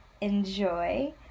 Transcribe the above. Enjoy